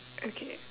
okay